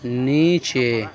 نیچے